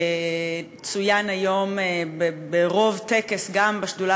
שצוין היום ברוב טקס גם בשדולה